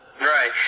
Right